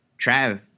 Trav